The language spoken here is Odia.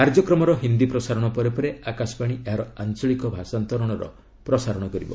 କାର୍ଯ୍ୟକ୍ରମର ହିନ୍ଦୀ ପ୍ରସାରଣ ପରେ ପରେ ଆକାଶବାଣୀ ଏହାର ଆଞ୍ଚଳିକ ଭାଷାନ୍ତରଣର ପ୍ରଚାର କରିବ